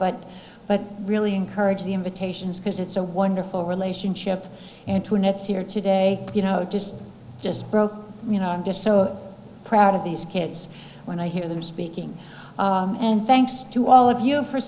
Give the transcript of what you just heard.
but but really encourage the invitations because it's a wonderful relationship antoinette's here today you know just just broke you know i'm just so proud of these kids when i hear them speaking and thanks to all of you for